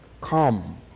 come